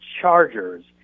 Chargers